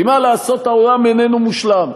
כי, מה לעשות, העולם איננו מושלם,